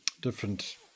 different